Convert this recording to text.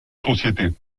sociétés